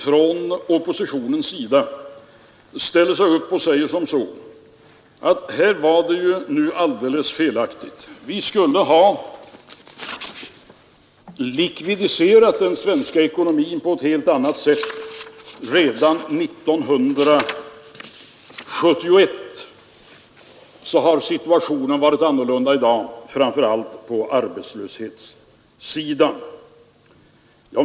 Från oppositionens sida ställer man sig ibland upp och säger att vi skulle ha likvidiserat den svenska ekonomin på ett helt annat sätt redan 1971 — då hade situationen varit annorlunda i dag, framför allt på arbetslöshetssidan.